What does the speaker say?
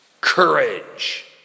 Courage